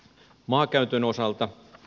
maankäytön osalta